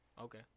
Okay